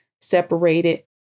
separated